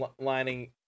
lining